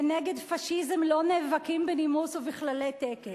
ונגד פאשיזם לא נאבקים בנימוס ובכללי טקס.